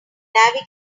navigation